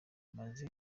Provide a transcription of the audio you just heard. amaze